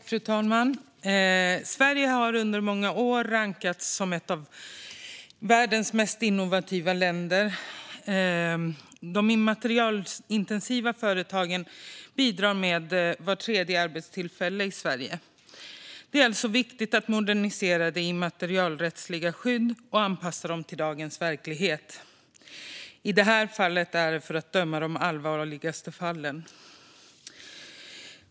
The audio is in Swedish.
Fru talman! Sverige har under många år rankats som ett av världens mest innovativa länder, och de immaterialrättsintensiva företagen bidrar med vart tredje arbetstillfälle i Sverige. Det är alltså viktigt att modernisera immaterialrättsliga skydd och anpassa dem till dagens verklighet - i det här fallet för att döma de allvarligaste fallen.